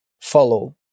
follow